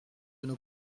nos